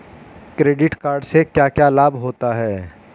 Credit card से क्या क्या लाभ होता है?